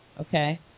okay